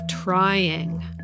trying